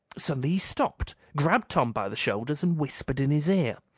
suddenly he stopped, grabbed tom by the shoulders, and whispered in his ear.